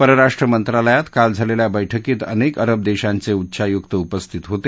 पस्राष्ट्र मंत्रालयात काल झालेल्या बैठकीत अनेक अरब देशांचे उच्चायुक उपस्थित होते